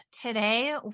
Today